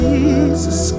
Jesus